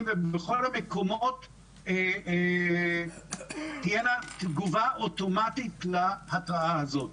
ובכל המקומות תהיה תגובה אוטומטית להתרעה הזאת.